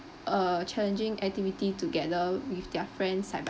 uh challenging activity together with their friends side